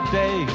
day